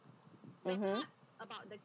mmhmm